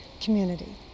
community